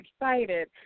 excited